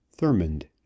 Thurmond